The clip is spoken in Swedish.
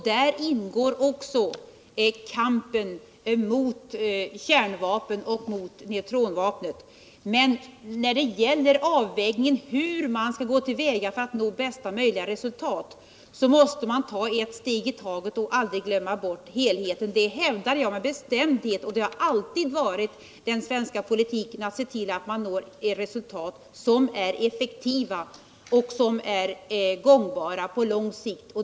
Däri ingår också kampen mot kärnvapen och mot neutronvapnet, men när det gäller avvägningen hur man skall gå till väga för att nå bästa möjliga resultat måste man ta ett steg i taget och aldrig glömma bort helheten — det hävdar jag med bestämdhet. Det har alltid varit svensk politik att se till att man når resultat som är effektiva och gångbara på lång sikt.